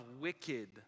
wicked